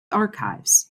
archives